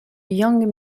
yang